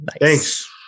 Thanks